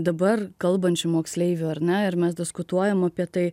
dabar kalbančių moksleivių ar ne ir mes diskutuojam apie tai